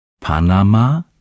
Panama